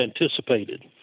anticipated